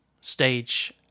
stage